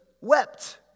wept